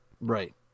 Right